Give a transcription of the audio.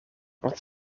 wat